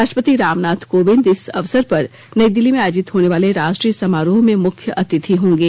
राष्ट्रपति रामनाथ कोविंद इस अवसर पर नई दिल्ली में आयोजित होने वाले राष्ट्रीय समारोह में मुख्य अतिथि होंगे